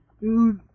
dude